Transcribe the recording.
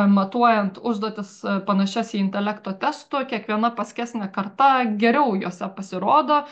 matuojant užduotis panašias į intelekto testų kiekviena paskesnė karta geriau juose pasirodo